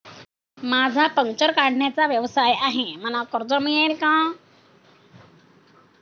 माझा पंक्चर काढण्याचा व्यवसाय आहे मला कर्ज मिळेल का?